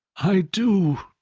i do,